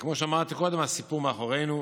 וכמו שאמרתי קודם, הסיפור מאחורינו,